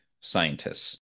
scientists